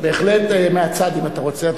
בהחלט, מהצד, אם אתה רוצה.